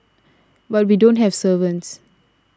but we don't have servants